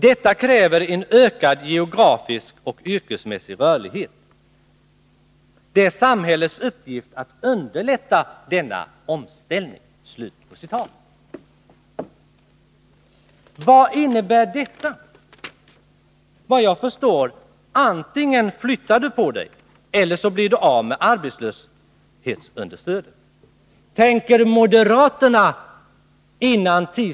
Detta kräver en ökad geografisk och yrkesmässig rörlighet. Det är samhällets uppgift att underlätta denna omställning.” Vad innebär detta? Såvitt jag förstår: Antingen flyttar du på dig eller så blir du av med arbetslöshetsunderstödet! Tänker moderaterna före kl.